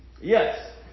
Yes